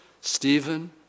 Stephen